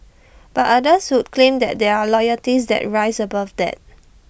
but others would claim that there are loyalties that rise above that